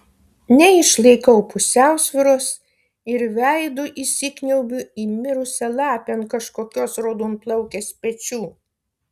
neišlaikau pusiausvyros ir veidu įsikniaubiu į mirusią lapę ant kažkokios raudonplaukės pečių